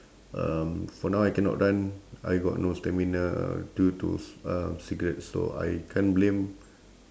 um for now I cannot run I got no stamina due to c~ um cigarettes so I can't blame